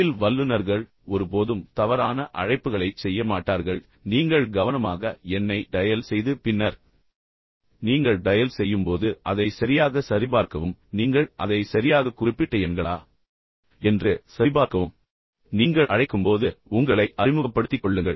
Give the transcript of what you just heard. தொழில் வல்லுநர்கள் ஒருபோதும் தவறான அழைப்புகளைச் செய்ய மாட்டார்கள் நீங்கள் கவனமாக எண்ணை டயல் செய்து பின்னர் நீங்கள் டயல் செய்யும் போது அதை சரியாக சரிபார்க்கவும் நீங்கள் அதை சரியாக குறிப்பிட்ட எண்கள் கூட சரிபார்க்கவும் நீங்கள் அழைக்கும்போது உங்களை அறிமுகப்படுத்திக் கொள்ளுங்கள்